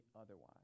otherwise